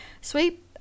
Sweet